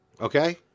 okay